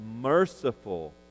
merciful